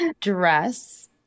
dress